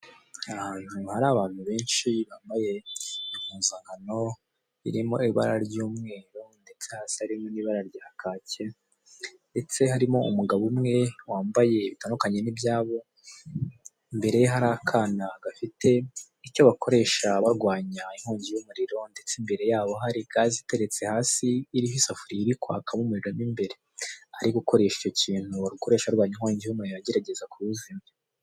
Ahantu hari abantu benshi bambaye impuzankano, irimo ibara ry'umweru ndetse hasi harimo n'ibara rya kacye ndetse harimo umugabo umwe wambaye ibitandukanye n'ibyabo, imbere ye hari akana gafite icyo bakoresha barwanya inkongi y'umuriro ndetse imbere yabo hari gaze iteretse hasi, iriho isafuriya iri kwakamo umuriro mo imbere. Ari gukoresha icyo kintu bakoresha barwanya inkongi y'umuriro agerageza kuwuzimya.